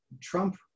Trump